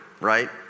right